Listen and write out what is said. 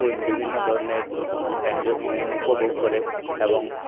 বিভিন্ন ধরনের উপভোগ করে এবং